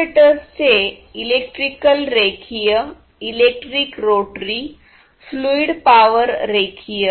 अॅक्ट्युएटर्सचे electrical रेखीय electric rotary fluid power रेखीय